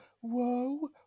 whoa